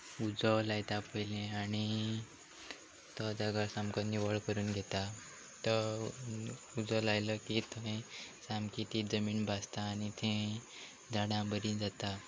उजो लायता पयलीं आनी तो जागो सामको निवळ करून घेता तो उजो लायलो की थंय सामकी ती जमीण भाजता आनी तीं झाडां बरीं जाता